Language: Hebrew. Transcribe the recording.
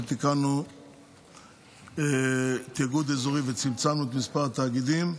כשתיקנו את האיגוד האזורי וצמצמנו את מספר התאגידים,